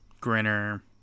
Grinner